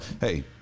hey